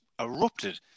erupted